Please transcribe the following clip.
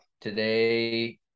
Today